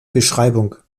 beschreibung